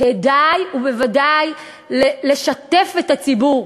כדאי בוודאי לשתף את הציבור.